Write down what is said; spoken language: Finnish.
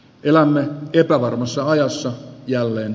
elämme keravan museo jossa jälleen